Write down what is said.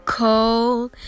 cold